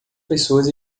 pessoas